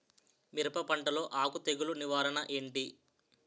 మిరప పంటలో ఆకు తెగులు నివారణ ఏంటి?